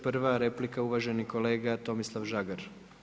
Prva replika uvaženi kolega Tomislav Žagar.